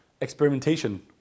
experimentation